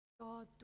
God